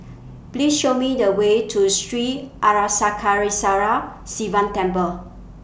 Please Show Me The Way to Sri Arasakesari Sivan Temple